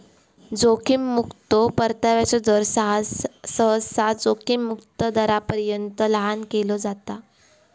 जोखीम मुक्तो परताव्याचो दर, सहसा जोखीम मुक्त दरापर्यंत लहान केला जाता